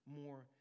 more